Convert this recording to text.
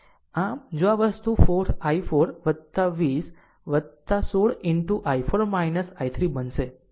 આમ જો આ વસ્તુ 4 i4 20 16 into i4 I3 બનશે